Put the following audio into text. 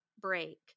break